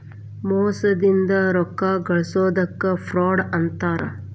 ಮೋಸದಿಂದ ರೊಕ್ಕಾ ಗಳ್ಸೊದಕ್ಕ ಫ್ರಾಡ್ ಅಂತಾರ